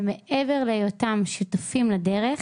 שמעבר להיותם שותפים לדרך,